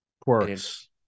quirks